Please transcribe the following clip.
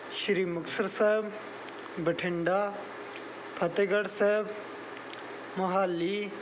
Shri Muktsar Sahib Bathinda Fatehgarh Sahib Mohali